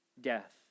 death